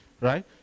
Right